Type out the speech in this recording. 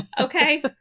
okay